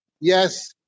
yes